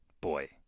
boy